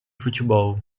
futebol